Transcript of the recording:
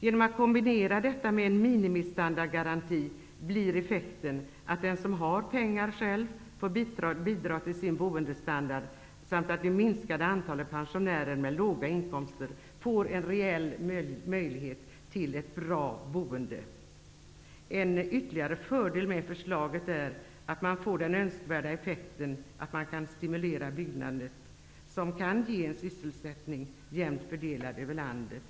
Genom att kombinera detta med en minimistandardgaranti blir effekten att den som har pengar själv får bidra till sin boendestandard, medan det minskande antalet pensionärer med låga inkomster får en reell möjlighet till ett bra boende. En ytterligare fördel med förslaget är att man får den önskvärda effekten att man kan stimulera byggandet, som kan ge sysselsättning jämnt fördelad över landet.